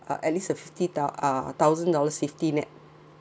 uh at least uh fifty thou~ uh thousand dollar safety net